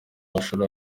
mashuri